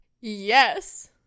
Yes